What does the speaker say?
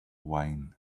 wine